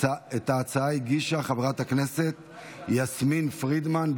את ההצעה הגישה חברת הכנסת יסמין פרידמן.